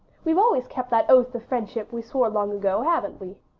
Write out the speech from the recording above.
we've always kept that oath of friendship we swore long ago, haven't we?